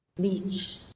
Beach